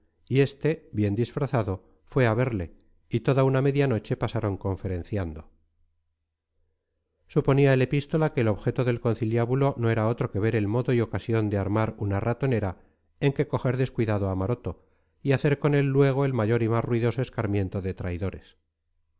y este bien disfrazado fue a verle y toda una media noche pasaron conferenciando suponía el epístola que el objeto del conciliábulo no era otro que ver el modo y ocasión de armar una ratonera en que coger descuidado a maroto y hacer con él luego el mayor y más ruidoso escarmiento de traidores